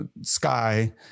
sky